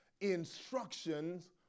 instructions